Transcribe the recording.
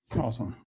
Awesome